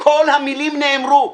כל המילים נאמרו.